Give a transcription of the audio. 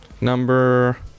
number